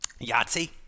Yahtzee